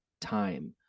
time